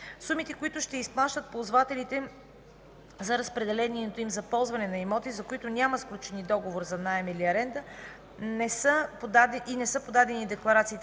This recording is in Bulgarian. Сумите, които ще заплащат ползвателите за разпределените им за ползване имоти, за които няма сключени договори за наем или аренда и не са подадени декларации